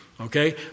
Okay